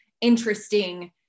interesting